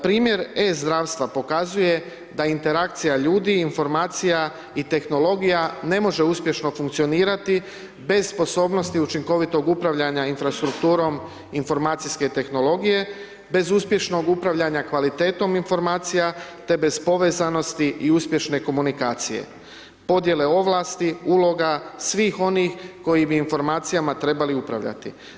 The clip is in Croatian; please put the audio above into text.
Primjer e-zdravstva pokazuje da interakcija ljudi, informacija i tehnologija ne može uspješno funkcionirati bez sposobnosti učinkovitog upravljanja infrastrukturom informacijske tehnologije bez uspješnog upravljanja kvalitetom informacija te bez povezanosti i uspješne komunikacije, podjele ovlasti, uloga, svih oni koji bi informacijama trebali upravljati.